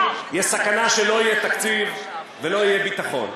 יש סכנה שלא יהיה תקציב ולא יהיה ביטחון.